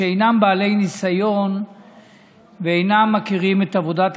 שאינם בעלי ניסיון ואינם מכירים את עבודת